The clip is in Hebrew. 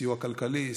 סיוע כלכלי,